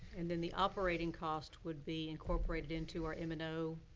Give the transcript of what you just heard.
and then the operating cost would be incorporated into our m and o.